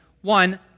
one